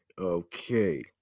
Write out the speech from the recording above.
Okay